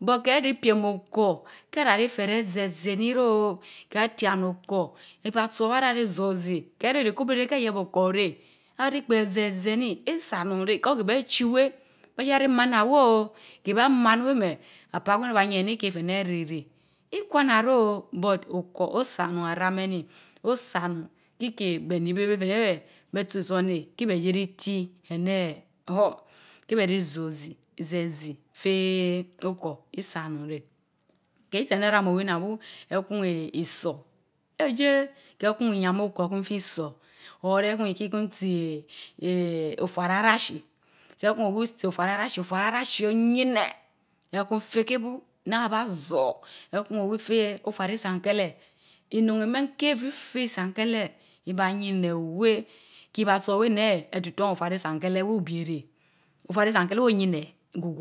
but keh neh piem akar, kourah reh Teren ezii ezine nii reo. katianakkor iban tso wen ajaa Jii zor ezii, keh reh rii kubu reh keh yebutkor reh, ariteti ezii ezienii, isanun reh because keh beh chie well, behrahrii maana wehoo keh ben maan weh meh, apaagwen oba yierch Iniken teh neh erehreh. Thewana neho but Okor Osa onun aram enii. Osa onun kiikeh beh ni beh Felinen, ben tai ison neh, kii ben sie jii ti eneh huh! ken ben jii zio ozi, zenzii Feh benkor isaonun reh, trii sii owii innan bu ettu eech iso elleeh! keh kun iyiam Okor kun feh tso or reh kun ikii kun tsii eee ee ofara arashil, keh kun owi tso ofara arashi Ofara arashii Oyineh ekun teh rooh bu naa abaa zior, ekun owii teh ofara isankele innun imehn ken fifen isankehleh ibayineh weh hii ba tso weh neh etitorn ofara isankeleh weh obii reh. ofara yinch isánkeleh weh oyineh gubiem.